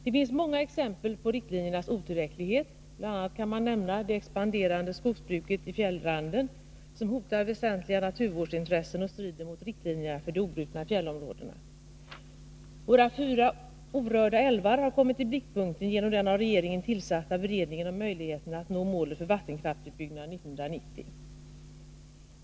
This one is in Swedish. Det finns många exempel på riktlinjernas otillräcklighet. Bl. a. kan man nämna det expanderande skogsbruket i fjällranden som hotar väsentliga naturvårdsintressen och strider mot riktlinjerna för de obrutna fjällområdena. Våra fyra orörda älvar har kommit i blickpunkten genom den av regeringen tillsatta utredningen om möjligheten att nå målet för vattenkraftsutbyggnaden 1990.